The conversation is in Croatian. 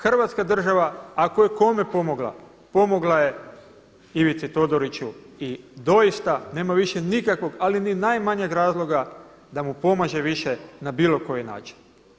Hrvatska država ako je kome pomogla, pomogla je Ivici Todoriću i doista nema više nikakvog ali ni najmanjeg razloga da mu pomaže više na bilo koji način.